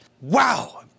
Wow